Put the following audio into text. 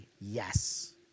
yes